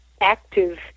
active